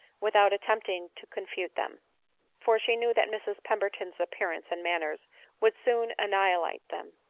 without attempting to confute them for she knew that mrs pern berton's appearance and manners would soon annihilate them.